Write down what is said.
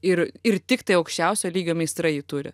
ir ir tiktai aukščiausio lygio meistrai jį turi